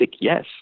yes